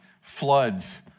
floods